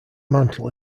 mantel